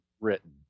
written